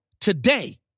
today